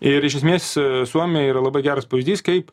ir iš esmės suomiai yra labai geras pavyzdys kaip